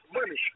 money